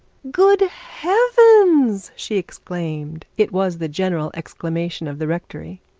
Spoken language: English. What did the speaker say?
good heavens she exclaimed it was the general exclamation of the rectory.